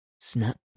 snap